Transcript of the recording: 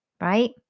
right